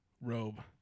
robe